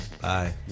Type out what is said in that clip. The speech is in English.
bye